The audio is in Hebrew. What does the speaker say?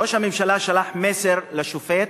ראש הממשלה שלח מסר לשופט,